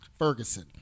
Ferguson